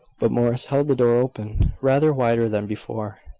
but morris held the door open, rather wider than before.